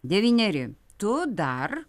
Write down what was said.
devyneri tu dar